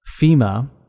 FEMA